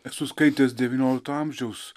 esu skaitęs devyniolikto amžiaus